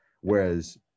whereas